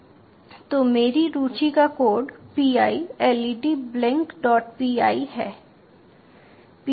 तो मेरी रुचि का code pi LED blink dot py है